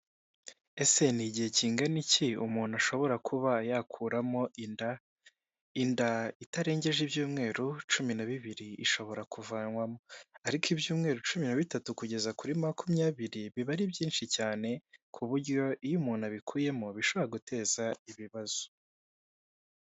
Ese ni igihe kingana iki umuntu ashobora kuba yakuramo inda? Inda itarengeje ibyumweru cumi na bibiri ishobora kuvanwamo ariko ibyumweru cumi na bitatu kugeza kuri makumyabiri biba ari byinshi cyane ku buryo iyo umuntu abikuyemo bishobora guteza ibibazo.